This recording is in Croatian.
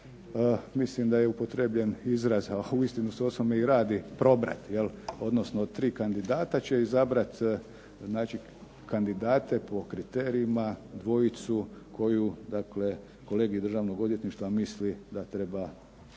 mislim da je upotrijebljen izraz, a uistinu se …/Ne razumije se./… radi probrati, odnosno tri kandidata će izabrati znači kandidate po kriterijima dvojicu koju dakle kolegij Državnog odvjetništva misli da treba biti